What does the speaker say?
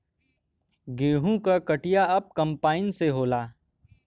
गेंहू क कटिया अब कंपाइन से होला